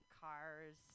cars